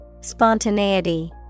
Spontaneity